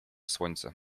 słońce